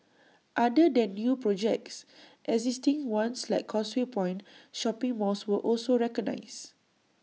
other than new projects existing ones like causeway point shopping mall were also recognised